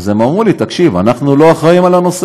אז הם אמרו לי: תקשיב, אנחנו לא אחראים לנושא.